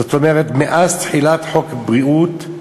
זאת אומרת, מאז תחילת חוק הבריאות,